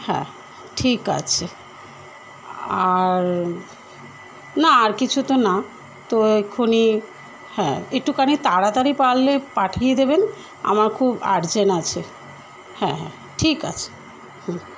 হ্যাঁ ঠিক আছে আর না আর কিছু তো না তো এক্ষুনি হ্যাঁ একটুখানি তাড়াতাড়ি পারলে পাঠিয়ে দেবেন আমার খুব আর্জেন্ট আছে হ্যাঁ হ্যাঁ ঠিক আছে হুম